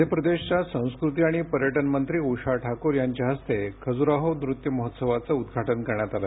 मध्यप्रदेशाच्या संस्कृति आणि पर्यटन मंत्री ऊषा ठाकुर यांच्या हस्ते खजुराहो नृत्य महोत्सव चं उद्घाटन करण्यात आलं